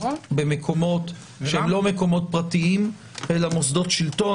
במקומות שאינם פרטיים אלא מוסדות שלטון.